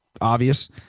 obvious